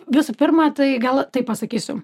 visų pirma tai gal taip pasakysiu